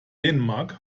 dänemark